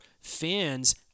fans